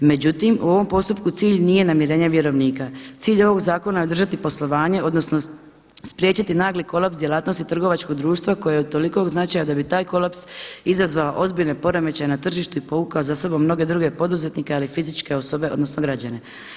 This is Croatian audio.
Međutim u ovom postupku cilj nije namirenje vjerovnika, cilj ovog zakona održati poslovanje odnosno spriječiti nagli kolaps djelatnosti trgovačkog društva koje je od tolikog značaja da bi taj kolaps izazvao ozbiljne poremećaje na tržištu i povukao za sobom mnoge druge poduzetnike, ali i fizičke osobe odnosno građane.